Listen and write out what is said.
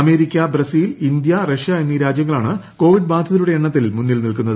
America Brazil India Russia എന്നീ രാജ്യങ്ങളാണ് Covid ബാധിതരുടെ എണ്ണത്തിൽ മുന്നിൽ നിൽക്കുന്നത്